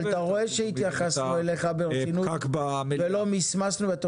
אתה רואה שהתייחסנו לזה ברצינות ולא מסמסנו את הנושא,